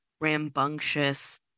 rambunctious